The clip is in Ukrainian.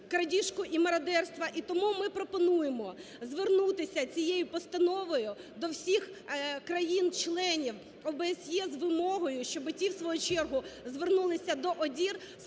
крадіжку і мародерства. І тому ми пропонуємо звернутися цією постановою до всіх країн-членів ОБСЄ з вимогою, щоб ті в свою чергу звернулися до ОДІР